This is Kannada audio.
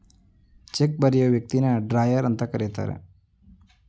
ಚೆಕ್ ಬರಿಯೋ ವ್ಯಕ್ತಿನ ಡ್ರಾಯರ್ ಅಂತ ಕರಿತರೆ